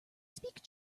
speak